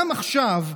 גם עכשיו,